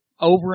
Over